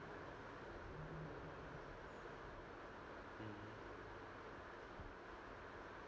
mm